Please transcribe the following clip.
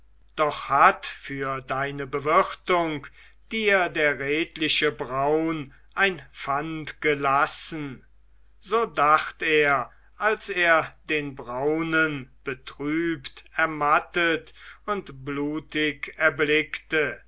doch hat für deine bewirtung dir der redliche braun ein pfand gelassen so dacht er als er den braunen betrübt ermattet und blutig erblickte